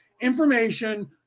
information